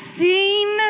seen